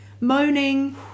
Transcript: moaning